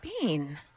Bean